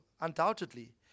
undoubtedly